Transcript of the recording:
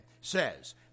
says